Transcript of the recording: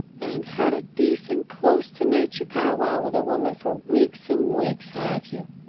ain't had a decent, close-to-nature powwow with a woman for weeks and weeks, have you?